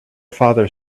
father